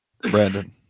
Brandon